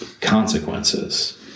consequences